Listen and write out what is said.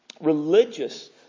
religious